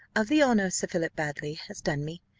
of the honour sir philip baddely has done me,